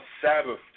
Sabbath